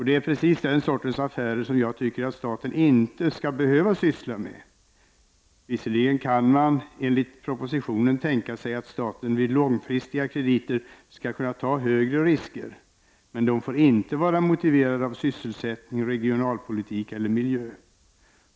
Det är precis den sortens affärer som jag tycker att staten inte skall behöva syssla med. Visserligen kan man enligt propositionen tänka sig att staten vid långfristiga krediter skall kunna ta högre risker, men de får inte vara motiverade av sysselsättning, regionalpolitik eller miljö.